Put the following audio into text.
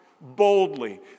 boldly